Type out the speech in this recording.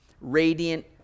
radiant